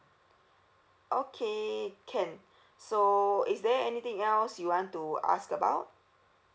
okay can so is there anything else you want to ask about